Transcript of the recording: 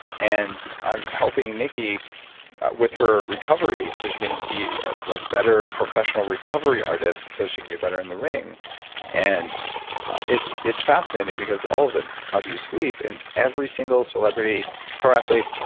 and i'm helping nikki with her recovery so she can be a better professional recovery artists so she can be better in the ring and it's fascinating because all of them, how do you sleep? and every single celebrity pro athlete,